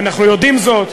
אנחנו יודעים זאת,